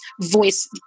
voice